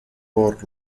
por